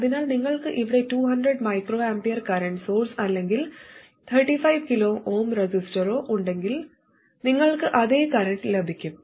അതിനാൽ നിങ്ങൾക്ക് ഇവിടെ 200 µA കറന്റ് സോഴ്സ് അല്ലെങ്കിൽ 35 kΩ റെസിസ്റ്ററോ ഉണ്ടെങ്കിലും നിങ്ങൾക്ക് അതേ കറന്റ് ലഭിക്കും